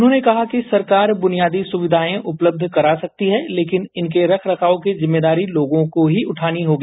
उन्होंने कहा कि सरकार बुनियादी सुक्षिाएं उपलब्ध करा सकती है तोकिन इनके रखरखाव की जिम्मेदारी लोगों को ही उगनी होगी